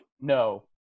no